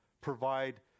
provide